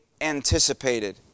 anticipated